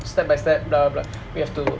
step by step blah blah we have to